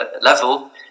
level